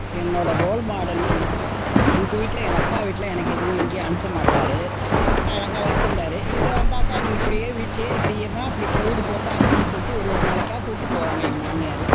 என்னோடய ரோல் மாடல்னு வந்துவிட்டு எங்கள் வீட்டில் எங்கள் அப்பா வீட்டில் எனக்கு எதுவும் எங்கேயும் அனுப்பமாட்டார் அழகாக வெச்சிருந்தாரு இங்கே வந்தாக்கா நீ இப்படியே வீட்டிலேயே இருக்கிறியேம்மா அப்படி பொழுதுபோக்காக இருக்கணும்ன்னு சொல்லிட்டு ஒரு ஒரு நாளைக்கா கூப்ட்டு போவாங்க எங்கள் மாமியார்